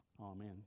Amen